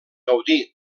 gaudí